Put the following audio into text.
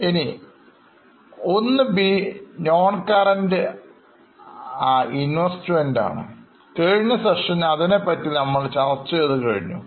ഇനി ആ 1b non current investment ആണ് കഴിഞ്ഞസെഷനിൽഅതിനെപ്പറ്റി നമ്മൾ ചർച്ച ചെയ്തുകഴിഞ്ഞു